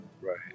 Right